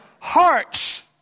hearts